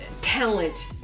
talent